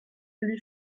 lui